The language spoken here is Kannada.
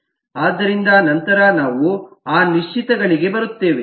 ಆದ್ದರಿಂದ ನಂತರ ನಾವು ಆ ನಿಶ್ಚಿತಗಳಿಗೆ ಬರುತ್ತೇವೆ